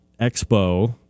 Expo